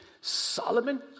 Solomon